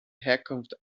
herkunft